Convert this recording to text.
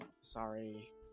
sorry